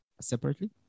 separately